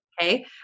okay